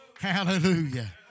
Hallelujah